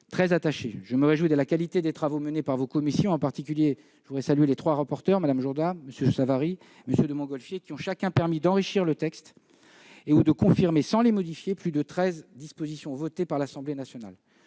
très attaché. Je me réjouis de la qualité des travaux menés par vos commissions. Je voudrais saluer en particulier les trois rapporteurs, Mme Jourda, MM. Savary et de Montgolfier, qui ont chacun permis d'enrichir le texte et de confirmer sans les modifier plus de 13 dispositions votées par l'Assemblée nationale.